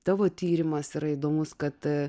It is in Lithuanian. tavo tyrimas yra įdomus kad